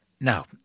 Now